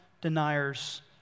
deniers